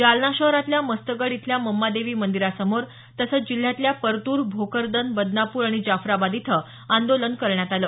जालना शहरातल्या मस्तगड इथल्या मंमादेवी मंदिरासमोर तसंच जिल्ह्यातल्या परतूर भोकरदन बदनापूर आणि जाफ्राबाद इथं आंदोलन करण्यात आलं